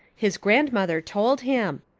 his grandmother told him.